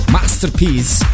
Masterpiece